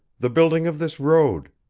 the building of this road.